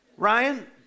Ryan